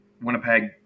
Winnipeg